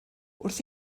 wrth